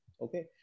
Okay